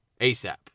ASAP